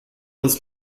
uns